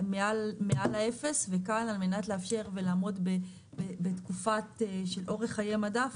על מנת לאפשר לעמוד בתקופה של אורך חיי מדף,